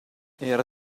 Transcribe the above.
era